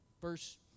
First